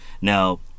Now